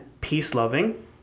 peace-loving